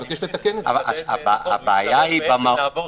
עוד